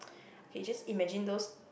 you just imagine those